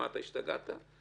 השתגעת?